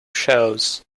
shows